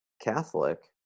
Catholic